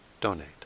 donate